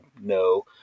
no